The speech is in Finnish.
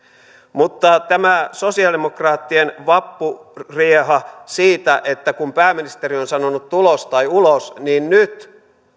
mutta tämä sosiaalidemokraattien vappurieha siitä että kun pääministeri on sanonut tulos tai ulos niin nyt